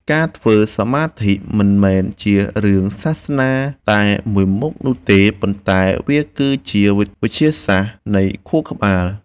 ការធ្វើសមាធិមិនមែនជារឿងសាសនាតែមួយមុខនោះទេប៉ុន្តែវាគឺជាវិទ្យាសាស្ត្រនៃខួរក្បាល។